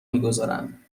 میگذارند